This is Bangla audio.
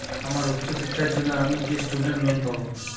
আমার উচ্চ শিক্ষার জন্য আমি কি স্টুডেন্ট লোন পাবো